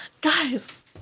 guys